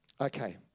Okay